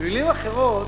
במלים אחרות,